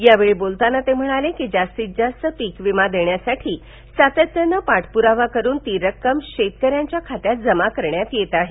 यावेळी बोलताना ते म्हणाले कीजास्तीत जास्त पीकविमा देण्यासाठी सातत्यानं पाठपुरावा करून ती रक्कम शेतकऱ्यांच्या खात्यात जमा करण्यात येत आहे